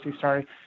sorry